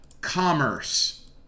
commerce